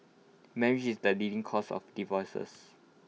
marriage is the leading cause of divorces